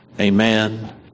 Amen